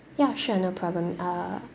ya sure no problem uh